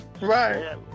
Right